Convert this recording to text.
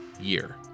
year